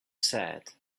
said